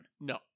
No